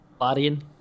Larian